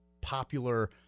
popular